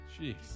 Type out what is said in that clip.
Jeez